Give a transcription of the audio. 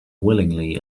willingly